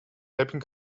helping